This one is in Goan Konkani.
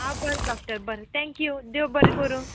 आं बरें डॉक्टर बरें थँक्यू देव बरें करूं